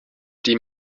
die